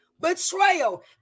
betrayal